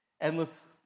endless